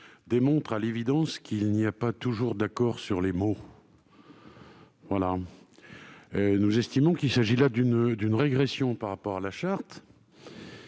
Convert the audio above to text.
démontre, à l'évidence, qu'il n'y a pas toujours d'accord sur les mots ... Nous estimons qu'il constitue une régression par rapport à la Charte